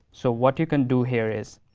so, what you can do here is,